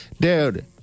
dude